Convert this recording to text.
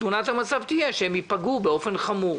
ותמונת המצב תהיה שהם ייפגעו באופן חמור.